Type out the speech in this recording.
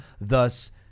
thus